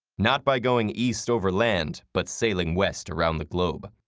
not by going east over land but sailing west around the globe.